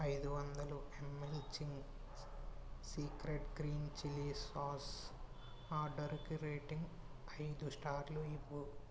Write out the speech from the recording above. నా ఐదు వందలు ML Ching's secret green chilli sauce ఆర్డరుకి రేటింగ్ ఐదు స్టార్లు ఇవ్వు